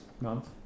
month